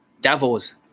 devils